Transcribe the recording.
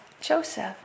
joseph